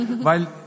Weil